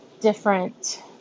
different